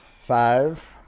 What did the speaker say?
Five